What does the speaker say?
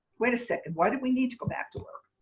wait a second why do we need to go back to work?